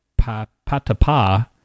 Patapa